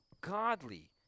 godly